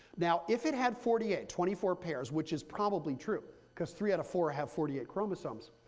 now if it had forty eight, twenty four pairs, which is probably true, because three out of four have forty eight chromosomes,